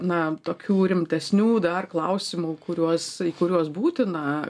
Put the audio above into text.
na tokių rimtesnių dar klausimų kuriuos į kuriuos būtina